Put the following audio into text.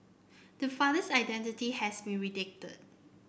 the father's identity has been redacted